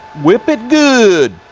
whip it good!